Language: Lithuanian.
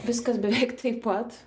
viskas beveik taip pat